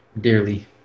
dearly